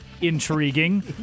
intriguing